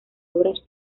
obras